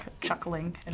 chuckling